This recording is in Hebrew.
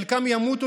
חלקם ימותו,